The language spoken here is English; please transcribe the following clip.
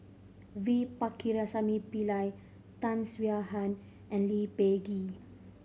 V Pakirisamy Pillai Tan Swie Hian and Lee Peh Gee